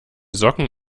socken